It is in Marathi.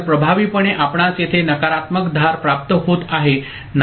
तर प्रभावीपणे आपणास येथे नकारात्मक धार प्राप्त होत आहे नाही